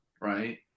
right